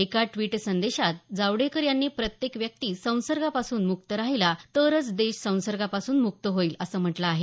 एका ट्वीट संदेशात जावडेकर यांनी प्रत्येक व्यक्ती संसर्गापासून मुक्त राहिला तरच देश संसर्गापासून मुक्त होईल असं म्हटलं आहे